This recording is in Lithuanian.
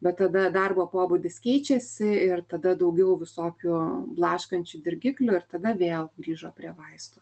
bet tada darbo pobūdis keičiasi ir tada daugiau visokių blaškančių dirgiklių ir tada vėl grįžo prie vaistų